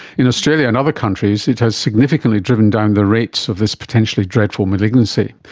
in australia and other countries it has significantly driven down the rates of this potentially dreadful malignancy.